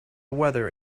weather